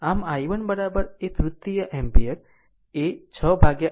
આમ i1 એક તૃતીય એમ્પીયર એ 618 છે